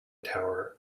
tower